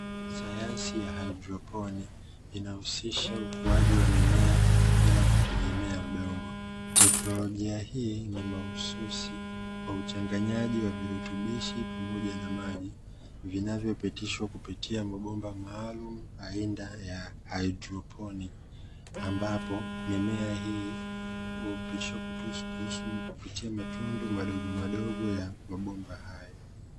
Sayansi ya haidroponi inahusisha, ukuaji wa mimea bila kutegemea udongo, teknolojia hii ni mahususi kwa uchanganyaji wa virutubishi pamoja na maji